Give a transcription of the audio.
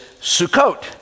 Sukkot